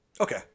Okay